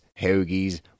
hoagies